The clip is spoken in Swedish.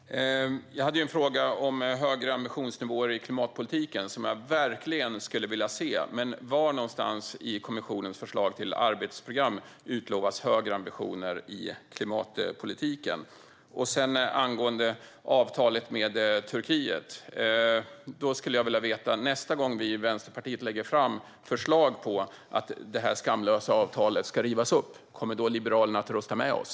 Herr talman! Jag hade en fråga om högre ambitionsnivåer i klimatpolitiken, som jag verkligen skulle vilja se. Var någonstans i kommissionens förslag till arbetsprogram utlovas högre ambitioner i klimatpolitiken? Angående avtalet med Turkiet skulle jag vilja veta följande. Nästa gång vi i Vänsterpartiet lägger fram förslag på att det skamlösa avtalet ska rivas upp, kommer Liberalerna att rösta med oss?